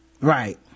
Right